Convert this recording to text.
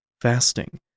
fasting